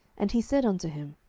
and he said unto him,